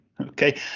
Okay